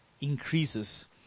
increases